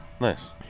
Nice